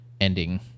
Ending